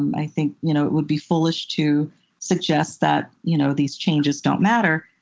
i think you know it would be foolish to suggest that you know these changes don't matter.